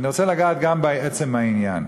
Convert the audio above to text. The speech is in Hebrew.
ואני רוצה לגעת גם בעצם העניין.